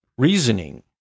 Reasoning